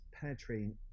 penetrating